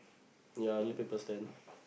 ya new paper stand